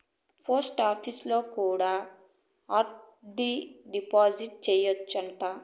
పోస్టాపీసులో కూడా RD deposit సేయచ్చు అంట